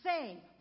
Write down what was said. say